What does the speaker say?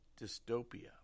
Dystopia